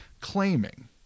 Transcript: claiming